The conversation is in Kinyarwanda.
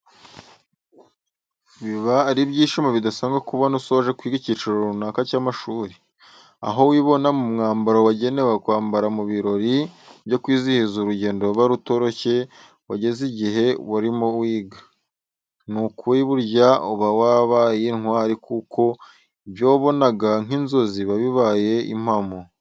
Biba ari ibyishimo bidasanzwe kubona usoje kwiga icyiciro runaka cy'amashuri, aho wibona mu mwambaro wagenewe kwambarwa mu birori byo kwizihiza urugendo ruba rutoroshye wagenze igihe warimo wiga, ni ukuri burya uba warabaye intwari kuko ibyo wabonaga nk'inzozi biba bibaye impamo.